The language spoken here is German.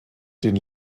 den